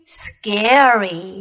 scary